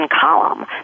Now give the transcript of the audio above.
column